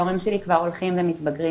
ההורים שלי כבר הולכים ומתבגרים,